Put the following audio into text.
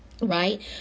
right